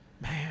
man